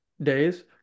days